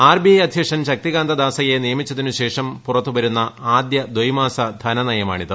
R B I അദ്ധ്യക്ഷൻ ശക്തികാന്താദാസയെ നിയമിച്ചതിനുശേഷം പുറത്തുവരുന്ന ആദൃ ദൈമാസ ധനനയമാണിത്